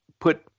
put –